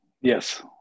Yes